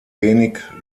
wenig